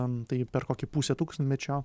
ten tai per kokį pusę tūkstantmečio